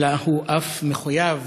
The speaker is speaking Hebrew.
אלא הוא אף מחויב